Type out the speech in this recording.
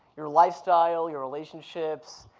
your lifestyle, your relationships,